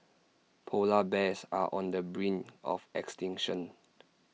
Polar Bears are on the brink of extinction